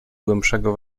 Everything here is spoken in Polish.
głębszego